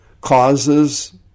causes